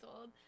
old